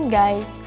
guys